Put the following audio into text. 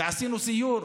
ועשינו סיור.